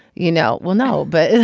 you know. well no. but